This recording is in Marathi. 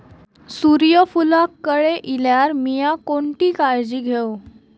सूर्यफूलाक कळे इल्यार मीया कोणती काळजी घेव?